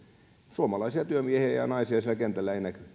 suomalaisia työmiehiä ja ja naisia siellä kentällä ei näkynyt